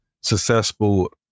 successful